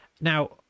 Now